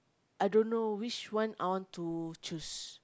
I don't know which one I want to choose